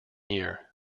year